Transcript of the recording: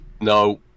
No